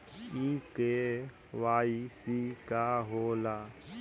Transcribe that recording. इ के.वाइ.सी का हो ला?